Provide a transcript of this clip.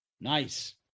Nice